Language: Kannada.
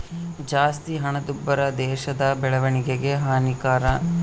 ಜಾಸ್ತಿ ಹಣದುಬ್ಬರ ದೇಶದ ಬೆಳವಣಿಗೆಗೆ ಹಾನಿಕರ